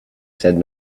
said